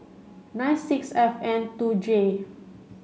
nine six F N two J